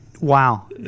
Wow